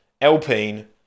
Alpine